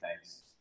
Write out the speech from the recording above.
thanks